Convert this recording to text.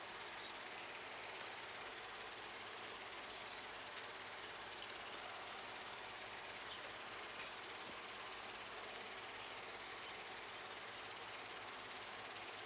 <Z